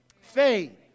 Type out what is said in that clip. Faith